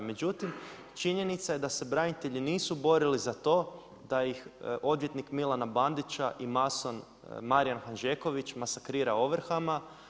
Međutim, činjenica je da se branitelji nisu borili za to da ih odvjetnik Milana Bandića i mason Marijan Hanžeković masakrira ovrhama.